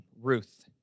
Ruth